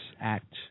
Act